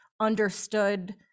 understood